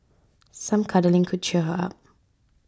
some cuddling could cheer her up